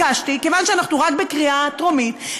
כיוון שאנחנו רק בקריאה טרומית,